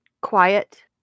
quiet